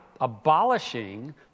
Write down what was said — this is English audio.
abolishing